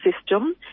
system